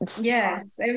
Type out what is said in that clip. Yes